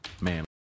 man